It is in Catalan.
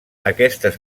aquestes